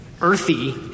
earthy